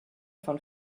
von